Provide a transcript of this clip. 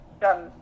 done